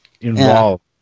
involved